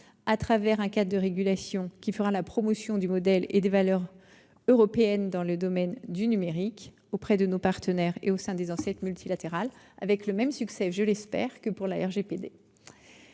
au travers d'un cadre de régulation qui promouvra le modèle et les valeurs européens dans le domaine du numérique, auprès de nos partenaires et de manière multilatérale, avec le même succès, je l'espère, que pour le